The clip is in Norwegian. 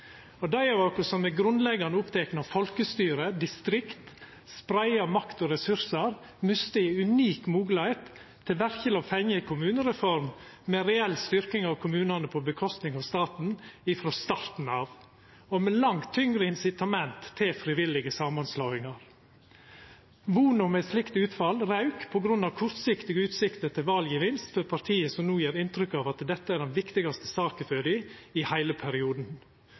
og dei av oss som er grunnleggjande opptekne av folkestyret, av distrikta og av å spreia makt og ressursar, mista ei unik moglegheit til verkeleg å få ei kommunereform med ei reell styrking av kommunane på kostnad av staten – frå starten av og med langt tyngre incitament til frivillige samanslåingar. Von om eit slikt utfall rauk på grunn av kortsiktige utsikter til valgevinst for partiet som no gjev inntrykk av at dette er den viktigaste saka for dei i heile perioden